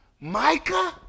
Micah